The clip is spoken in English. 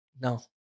No